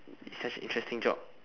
such interesting job